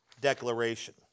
declaration